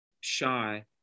shy